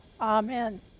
Amen